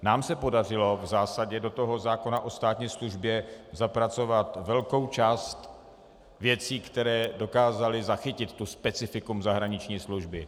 Nám se podařilo v zásadě do toho zákona o státní službě zapracovat velkou část věcí, které dokázaly zachytit specifikum zahraniční služby.